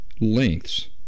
lengths